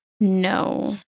No